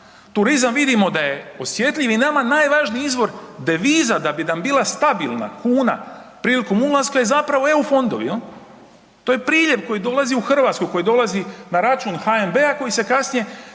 turizam vidimo da je osjetljiv i nama najvažniji izvor deviza da bi nam bila stabilna kuna prilikom ulaska je zapravo EU fondovi jel. To je priljev koji dolazi u Hrvatsku, koji dolazi na račun HNB-a koji se kasnije